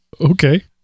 okay